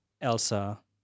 Elsa